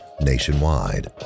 nationwide